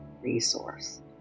resource